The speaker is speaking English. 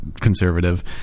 conservative